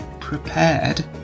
prepared